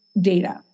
data